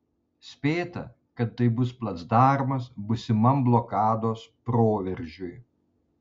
spėta kad tai bus placdarmas būsimam blokados proveržiui